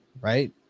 right